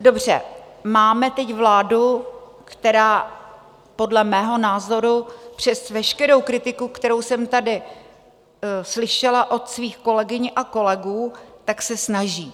Dobře, máme teď vládu, která podle mého názoru, přes veškerou kritiku, kterou jsem tady slyšela od svých kolegyň a kolegů, tak se snaží.